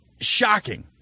Shocking